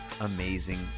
amazing